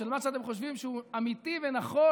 של מה שאתם חושבים שהוא אמיתי ונכון